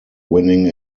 winning